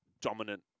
dominant